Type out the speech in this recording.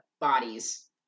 bodies